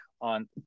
on